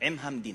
עם המדינה.